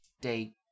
day